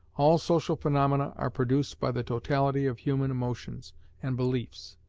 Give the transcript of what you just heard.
all social phaenomena are produced by the totality of human emotions and beliefs,